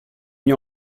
mis